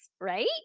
right